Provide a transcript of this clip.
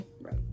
right